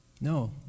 No